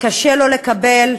קשה לו לקבל.